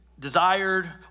Desired